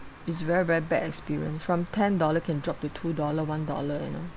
it's very very bad experience from ten dollar can drop to two dollar one dollar you know